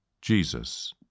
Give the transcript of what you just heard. Jesus